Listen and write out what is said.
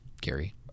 gary